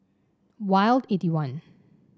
Wild eight one